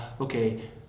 okay